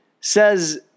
says